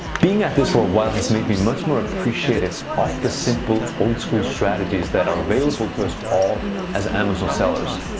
being at this for a while has made me much more appreciative of the simple, old-school strategies that are available to us all as amazon sellers.